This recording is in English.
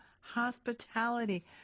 hospitality